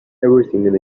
everything